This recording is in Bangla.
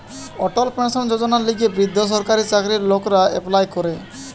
অটল পেনশন যোজনার লিগে বৃদ্ধ সরকারি চাকরির লোকরা এপ্লাই করে